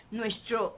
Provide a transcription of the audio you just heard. nuestro